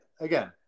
again